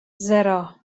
sero